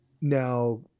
now